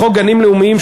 לחוק גנים לאומיים,